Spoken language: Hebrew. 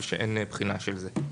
ואין בחינה של זה.